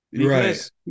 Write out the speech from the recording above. right